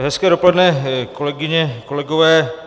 Hezké dopoledne, kolegyně a kolegové.